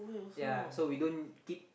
ya so we don't keep